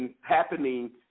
happening